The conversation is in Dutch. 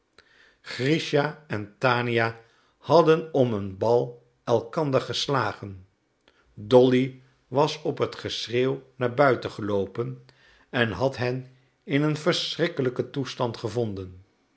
grischa en tania hadden om een bal elkander geslagen dolly was op het geschreeuw naar buiten geloopen en had hen in een verschrikkelijken toestand gevonden